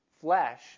flesh